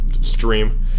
stream